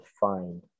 find